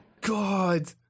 god